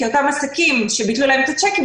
כי לאותם עסקים שביטלו להם את הצ'קים,